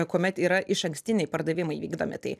kuomet yra išankstiniai pardavimai vykdomi tai